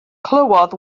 clywodd